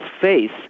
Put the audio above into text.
face